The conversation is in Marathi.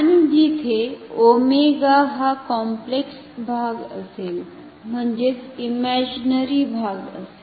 आणि जिथे ओमेगा हा कॉम्प्लेक्स भाग असेल म्हणजेच इमॅजीनरी भाग असेल